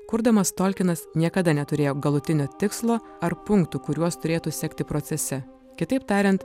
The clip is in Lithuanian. kurdamas tolkinas niekada neturėjo galutinio tikslo ar punktų kuriuos turėtų sekti procese kitaip tariant